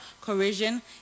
corrosion